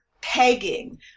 pegging